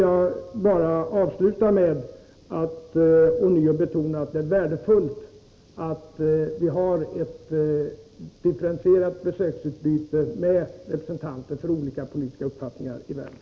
Jag vill avsluta med att ånyo betona att det är värdefullt att vi har ett differentierat besöksutbyte med representanter för olika politiska uppfattningar i världen.